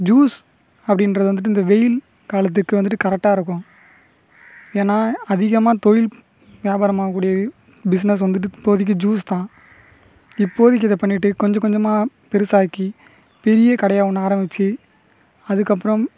juice அப்படின்றது வந்துட்டு இந்த வெயில் காலத்துக்கு வந்துட்டு கரெட்டாக இருக்கும் ஏன்னால் அதிகமாக தொழில் வியாபாரம் ஆகக்கூடிய பிஸ்னஸ் வந்துட்டு இப்போதைக்கு ஜூஸ் தான் இப்போதைக்கு இதை பண்ணிவிட்டு கொஞ்சம் கொஞ்சமாக பெருசாக்கி பெரிய கடையாக ஒன்று ஆரமிச்சு அதுக்கப்புறம்